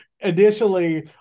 initially